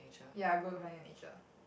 ya good according to nature